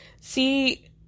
see